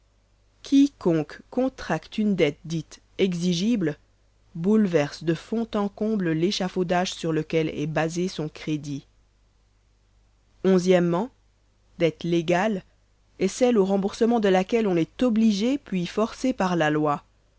quiconque contracte une dette dite exigible bouleverse de fond en comble l'échafaudage sur lequel est basé son crédit o dette légale est celle au remboursement de laquelle on est obligé puis forcé par la loi